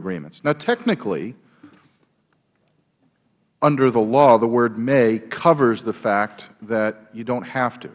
agreements now technically under the law the word may covers the fact that you dont have to